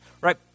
right